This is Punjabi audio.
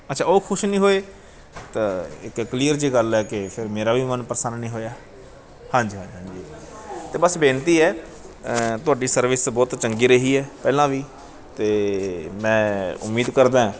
ਅੱਛਾ ਉਹ ਖੁਸ਼ ਨਹੀਂ ਹੋਏ ਤਾਂ ਇੱਕ ਕਲੀਅਰ ਜਿਹੀ ਗੱਲ ਹੈ ਕਿ ਫਿਰ ਮੇਰਾ ਵੀ ਮਨ ਪ੍ਰਸੰਨ ਨਹੀਂ ਹੋਇਆ ਹਾਂਜੀ ਹਾਂਜੀ ਹਾਂਜੀ ਅਤੇ ਬਸ ਬੇਨਤੀ ਹੈ ਤੁਹਾਡੀ ਸਰਵਿਸ ਬਹੁਤ ਚੰਗੀ ਰਹੀ ਹੈ ਪਹਿਲਾਂ ਵੀ ਅਤੇ ਮੈਂ ਉਮੀਦ ਕਰਦਾ